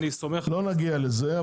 לא נגיע לזה,